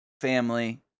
family